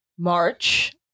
March